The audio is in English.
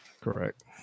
Correct